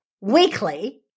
weekly